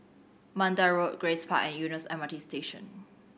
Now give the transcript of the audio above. Mandai Road Grace Park and Eunos M R T Station